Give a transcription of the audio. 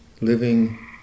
living